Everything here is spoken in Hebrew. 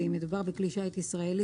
ואם מדובר בכלי שיט ישראלי,